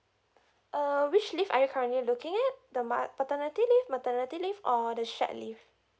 uh which leave are you currently looking at the ma~ paternity leave maternity leave or the shared leave